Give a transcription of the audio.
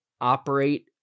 operate